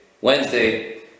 Wednesday